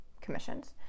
commissions